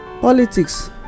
Politics